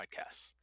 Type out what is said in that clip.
podcasts